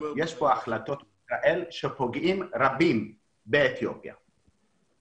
יש כאן החלטות ורבים באתיופיה נפגעים.